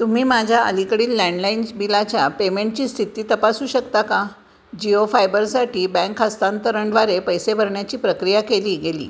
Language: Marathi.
तुम्ही माझ्या अलीकडील लँडलाईन्स बिलाच्या पेमेंटची स्थिती तपासू शकता का जिओ फायबरसाठी बँक हस्तांतरणद्वारे पैसे भरण्याची प्रक्रिया केली गेली